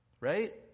right